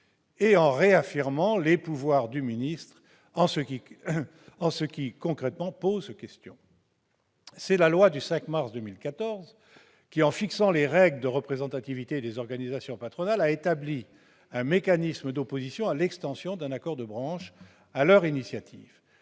et en réaffirmant les pouvoirs du ministre, ce qui concrètement pose question. C'est la loi du 5 mars 2014 qui, en fixant les règles de représentativité des organisations patronales, a créé un mécanisme d'opposition à l'extension d'un accord de branche sur leur initiative.